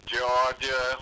Georgia